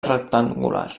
rectangular